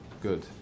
Good